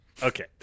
Okay